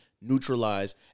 neutralize